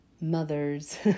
mother's